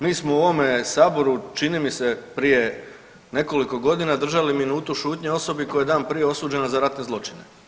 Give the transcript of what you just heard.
Mi smo u ovome Saboru, čini mi se, prije nekoliko godina držali minutu šutnje osobi koja je dan prije osuđena za ratne zločine.